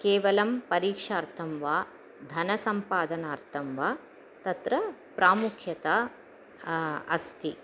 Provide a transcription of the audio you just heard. केवलं परीक्षार्थं वा धनसम्पादनार्थं वा तत्र प्रामुख्यता अस्ति